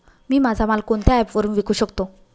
मी माझा माल कोणत्या ॲप वरुन विकू शकतो?